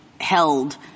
held